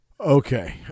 Okay